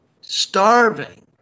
starving